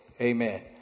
amen